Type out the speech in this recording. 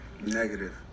Negative